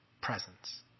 presence